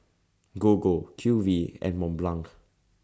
Gogo Q V and Mont Blanc